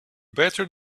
better